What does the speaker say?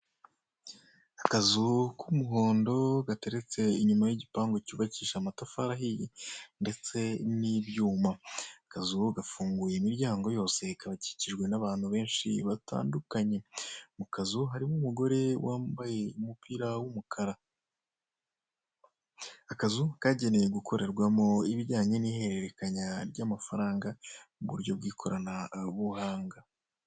Akazu k'umuhondo, gateretse inyuma y'igipangu cyubakishije amatafari ahiye ndetse n'ibyuma. Akazungu gafunguye imiryango yose, kakikijwe n'abantu benshi batandukanye. Mu kazu harimo umugore wambaye umupira w'umukara. Akazu kagenewe gukorerwamo ibijyanye n'ihererekanya ry'amafaranga mu buryo bw'ikoranabuhanga.